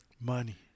money